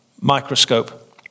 microscope